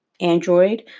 Android